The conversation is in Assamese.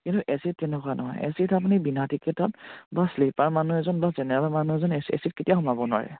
কিন্তু এ চিত তেনেকুৱা নহয় এ চিত আপুনি বিনা টিকেটত বা শ্লিপাৰ মানুহ এজন বা জেনেৰেলৰ মানুহ এজন এ চিত কেতিয়াও সোমাব নোৱাৰে